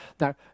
Now